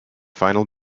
final